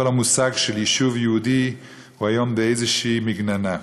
כל המושג של יישוב יהודי הוא היום באיזו מגננה.